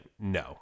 no